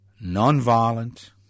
Non-violent